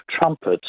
Trumpets